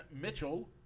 Mitchell